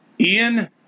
Ian